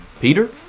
Peter